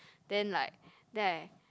then like then I